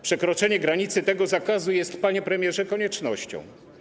Przekroczenie granicy tego zakazu jest, panie premierze, koniecznością.